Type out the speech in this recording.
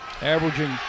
averaging